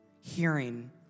hearing